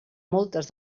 moltes